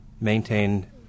maintain